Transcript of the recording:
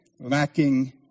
lacking